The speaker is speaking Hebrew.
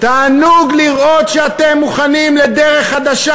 תענוג לראות שאתם מוכנים לדרך חדשה,